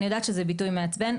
אני יודעת שזה ביטוי מעצבן,